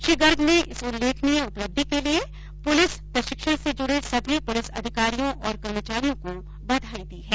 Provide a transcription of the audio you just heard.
श्री गर्ग ने इस उल्लेखनीय उपलब्धि के लिए पुलिस प्रशिक्षण से जुड़े सभी पुलिस अधिकारियों और कर्मचारियों को बधाई दी है